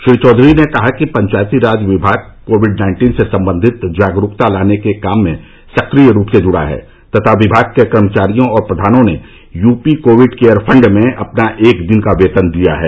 श्री चौधरी ने कहा कि पंचायती राज विभाग कोविड नाइन्टीन से संबंधित जागरूकता लाने के काम में सक्रिय रूप से जुटा है तथा विभाग के कर्मचारियों और प्रधानों ने यूपी कोविड केयर फण्ड में अपना एक दिन का वेतन दिया है